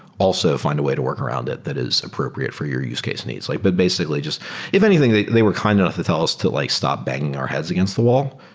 also fi nd a way to work around it that is appropriate for your use case needs. like but basically, if anything, they they were kind enough to tell us to like stop banging our heads against the wall,